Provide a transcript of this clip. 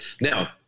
Now